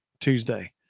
Tuesday